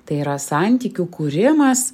tai yra santykių kūrimas